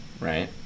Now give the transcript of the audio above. right